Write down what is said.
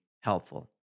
helpful